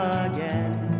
again